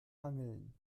angeln